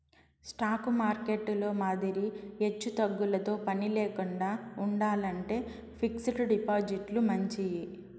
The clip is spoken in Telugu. స్టాకు మార్కెట్టులో మాదిరి ఎచ్చుతగ్గులతో పనిలేకండా ఉండాలంటే ఫిక్స్డ్ డిపాజిట్లు మంచియి